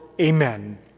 Amen